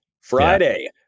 Friday